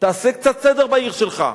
תעשה קצת סדר בעיר שלך.